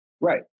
right